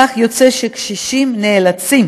כך יוצא שקשישים נאלצים